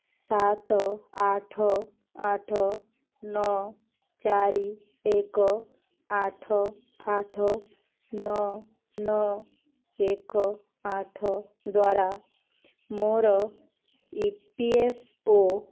ସାତ ଆଠ ଆଠ ନଅ ଚାରି ଏକ ଆଠ ଆଠ ନଅ ନଅ ଏକ ଆଠ ଦ୍ଵାରା ମୋର ଇ ପି ଏଫ୍ ଓ